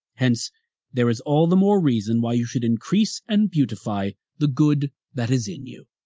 hence there is all the more reason why you should increase and beautify the good that is in you.